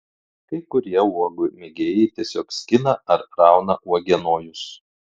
kai kurie uogų mėgėjai tiesiog skina ar rauna uogienojus